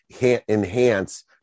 enhance